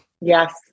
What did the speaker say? Yes